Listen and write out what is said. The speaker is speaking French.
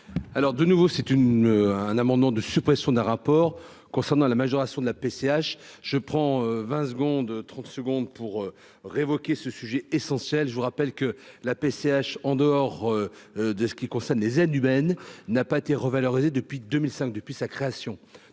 Alors, de nouveau, c'est une un amendement de suppression d'un rapport concernant la majoration de la PCH : je prends 20 secondes 30 secondes pour. Révoqué ce sujet essentiel, je vous rappelle que la PCH en dehors de ce qui concerne les aides humaine n'a pas été revalorisée depuis 2005 depuis sa création,